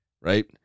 right